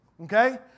okay